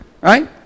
Right